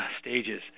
stages